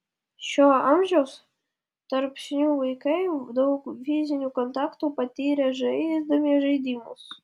šiuo amžiaus tarpsniu vaikai daug fizinių kontaktų patiria žaisdami žaidimus